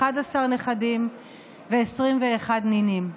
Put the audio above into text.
11 נכדים ו-21 נינים.